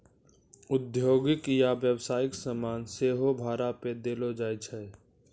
औद्योगिक या व्यवसायिक समान सेहो भाड़ा पे देलो जाय छै